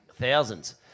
thousands